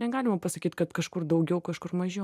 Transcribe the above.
negalima pasakyt kad kažkur daugiau kažkur mažiau